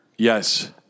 Yes